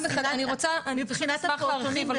מבחינת הפעוטונים.